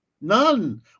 None